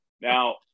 Now